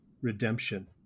redemption